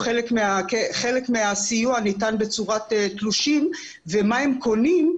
הם קיבלו חלק מהסיוע ניתן בצורת תלושים ומה הם קונים,